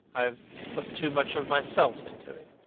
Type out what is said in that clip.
i have put too much of myself into it.